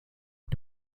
auf